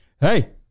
Hey